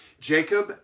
Jacob